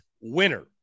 winner